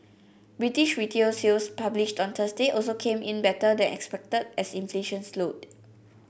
British retail sales published on Thursday also came in better than expected as inflation slowed